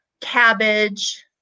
cabbage